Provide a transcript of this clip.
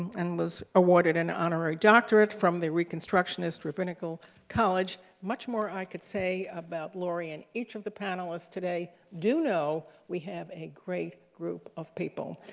and was awarded an honorary doctorate from the reconstructionist rabbinical college. much more i could say about lori and each of the panelists today. do know we have a great group of people.